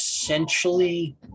essentially